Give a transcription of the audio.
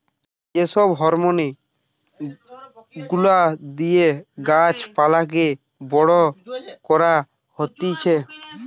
যে সব হরমোন গুলা দিয়ে গাছ পালাকে বড় করা হতিছে